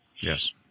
Yes